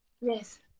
Yes